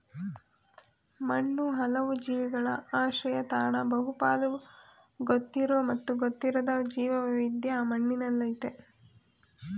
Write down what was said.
ಮಣ್ಣು ಹಲವು ಜೀವಿಗಳ ಆಶ್ರಯತಾಣ ಬಹುಪಾಲು ಗೊತ್ತಿರೋ ಮತ್ತು ಗೊತ್ತಿರದ ಜೀವವೈವಿಧ್ಯ ಮಣ್ಣಿನಲ್ಲಯ್ತೆ